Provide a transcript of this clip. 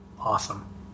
Awesome